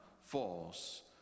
false